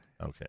Okay